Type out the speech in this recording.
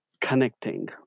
connecting